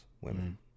women